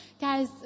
Guys